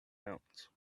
else